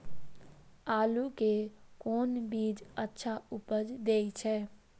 आलू के कोन बीज अच्छा उपज दे छे?